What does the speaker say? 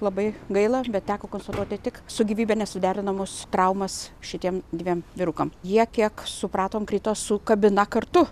labai gaila bet teko konstatuoti tik su gyvybe nesuderinamus traumas šitiem dviem vyrukam jie kiek supratom krito su kabina kartu